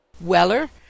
Weller